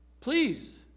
Please